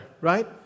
right